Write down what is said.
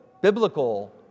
biblical